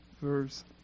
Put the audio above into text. verse